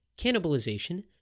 cannibalization